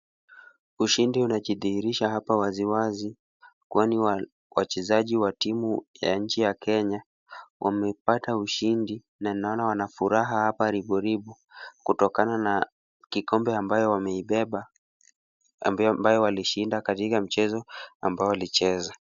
Ushindi unajidhuhirisha hapa waziwazi, kwani wachezaji wa timu ya nchi ya Kenya wamepata ushindi na naona wana furaha hapa riboribo. Kutokana na kikombe ambayo wameibeba ambayo walishinda katika mchezo ambao walicheza.